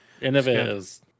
Innovators